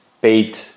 paid